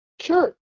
sure